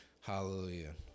Hallelujah